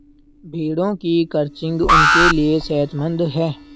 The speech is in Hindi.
भेड़ों की क्रचिंग उनके लिए सेहतमंद है